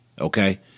Okay